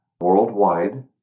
worldwide